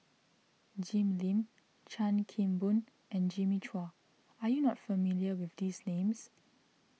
Jim Lim Chan Kim Boon and Jimmy Chua are you not familiar with these names